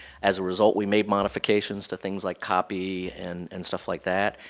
as a result we made modifications to things like copy and and stuff like that.